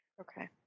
Okay